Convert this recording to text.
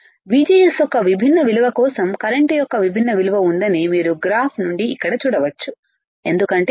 VGS యొక్క విభిన్న విలువ కోసం కరెంట్ యొక్క విభిన్న విలువ ఉందని మీరు గ్రాఫ్ నుండి ఇక్కడ చూడవచ్చు ఎందుకంటే VGS1 VGS2